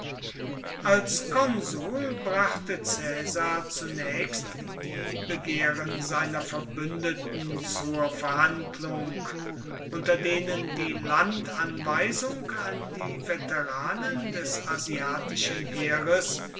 als konsul brachte caesar zunächst die begehren seiner verbündeten zur verhandlung unter denen die landanweisung an die veteranen des asiatischen heeres